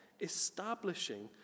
establishing